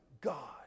God